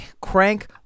crank